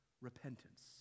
repentance